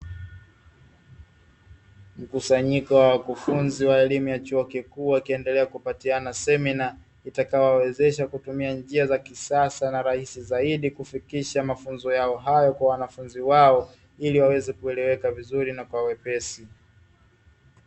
Mkusanyiko wa wakufunzi wa elimu ya chuo kikuu, wakiendelea kupatiana semina itakayowawezesha kutumia njia za kisasa na rahisi zaidi kufikisha mafunzo yao hayo kwa wanafunzi wao, ili waweze kueleweka vizuri na kwa wepesi.